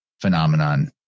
phenomenon